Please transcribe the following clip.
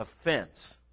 offense